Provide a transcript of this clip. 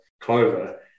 clover